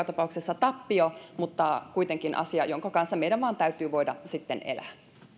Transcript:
tapauksessa tappio mutta kuitenkin asia jonka kanssa meidän vain täytyy voida sitten elää